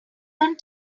learn